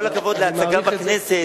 עם כל הכבוד להצגה בכנסת,